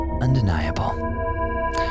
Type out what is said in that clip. undeniable